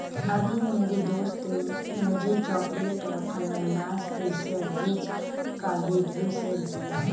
अभी मेरी दोस्त ने मुझे चॉकलेट और अनानास की सेंडविच का वीडियो शेयर किया है